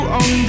on